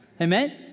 Amen